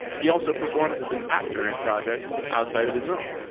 he also performs as an actor in projects outside of his own,